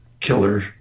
killer